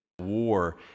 war